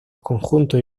conjuntos